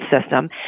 System